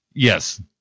Yes